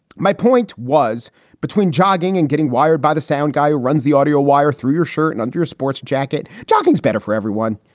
my point was between jogging and getting wired by the sound guy runs the audio wire through your shirt and under your sports jacket. jogging is better for everyone.